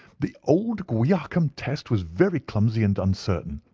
the old guiacum test was very clumsy and uncertain.